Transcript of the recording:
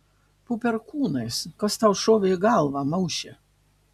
po perkūnais kas tau šovė į galvą mauše